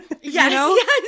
yes